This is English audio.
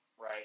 Right